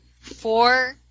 four